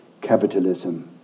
capitalism